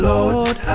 Lord